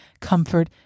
comfort